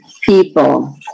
people